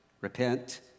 repent